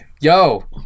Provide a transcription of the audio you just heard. yo